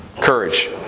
Courage